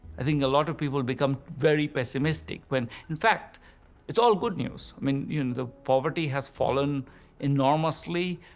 i think a lot of people become very pessimistic when in fact it's all good news! i mean, you know the poverty has fallen enormously,